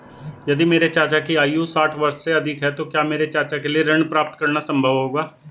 यदि मेरे चाचा की आयु साठ वर्ष से अधिक है तो क्या मेरे चाचा के लिए ऋण प्राप्त करना संभव होगा?